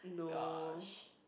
gosh